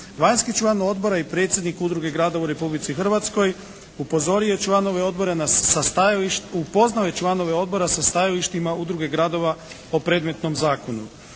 Vanjski član Odbora i predsjednik Udruge gradova u Republici Hrvatskoj upozorio je članove Odbora sa stajališta, upoznao je članove Odbora